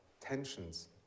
tensions